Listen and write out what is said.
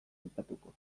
aipatuko